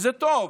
וזה טוב